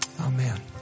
Amen